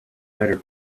better